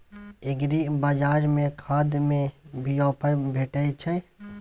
एग्रीबाजार में खाद में भी ऑफर भेटय छैय?